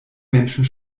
menschen